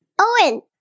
Owen